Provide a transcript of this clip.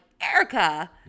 Erica